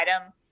item